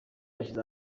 ashyize